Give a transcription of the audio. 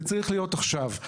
זה צריך להיות עכשיו.